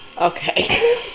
Okay